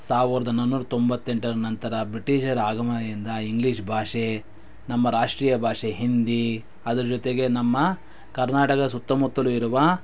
ಸಾವಿರದ ನಾನ್ನೂರ ತೊಂಬತ್ತೆಂಟರ ನಂತರ ಬ್ರಿಟೀಷರ ಆಗಮನದಿಂದ ಇಂಗ್ಲೀಷ್ ಭಾಷೆ ನಮ್ಮ ರಾಷ್ಟ್ರೀಯ ಭಾಷೆ ಹಿಂದಿ ಅದರ ಜೊತೆಗೆ ನಮ್ಮ ಕರ್ನಾಟಕದ ಸುತ್ತಮುತ್ತಲೂ ಇರುವ